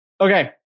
Okay